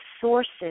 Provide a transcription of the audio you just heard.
sources